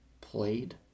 played